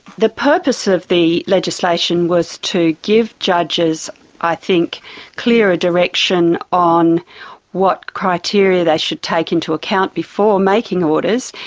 the purpose of the legislation was to give judges i think clearer direction on what criteria they should take into account before making orders,